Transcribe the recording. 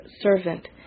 servant